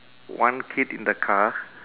one kid in the car